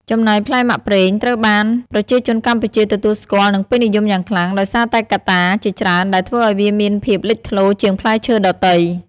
ចំណែក ផ្លែមាក់ប្រេងត្រូវបានប្រជាជនកម្ពុជាទទួលស្គាល់ និងពេញនិយមយ៉ាងខ្លាំង ដោយសារតែកត្តាជាច្រើនដែលធ្វើឲ្យវាមានភាពលេចធ្លោជាងផ្លែឈើដទៃ។